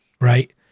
right